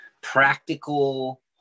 practical